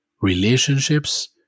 Relationships